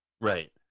right